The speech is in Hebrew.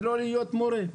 ולא להיות מורה.